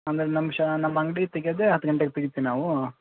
ಅಂದರೆ ನಮ್ಮ ಶ ನಮ್ಮ ಅಂಗಡಿ ತೆಗೆಯೋದೇ ಹತ್ತು ಗಂಟೆಗೆ ತೆಗಿತೀವಿ ನಾವು